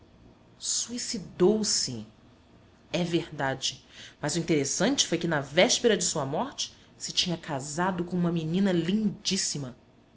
mundo suicidou-se é verdade mas o interessante foi que na véspera de sua morte se tinha casado com uma menina lindíssima